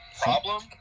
problem